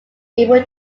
able